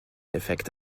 effekt